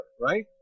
right